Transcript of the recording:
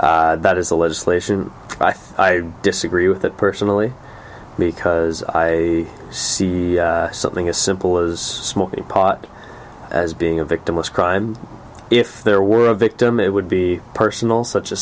currently that is a legislation i disagree with that personally because i see the something as simple as smoking pot as being a victimless crime if there were a victim it would be personal such a